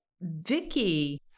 vicky